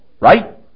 right